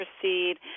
proceed